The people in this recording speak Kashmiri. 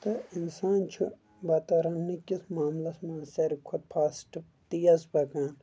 تہٕ اِنسان چھُ بَتہٕ رَنٕنہٕ کِس معاملَس منٛز ساروی کھۄتہٕ فاسٹ تیٖز پَکان